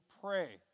pray